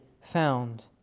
found